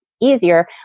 easier